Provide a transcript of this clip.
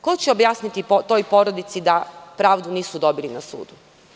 Ko će objasniti toj porodici da pravdu nisu dobili na sudu.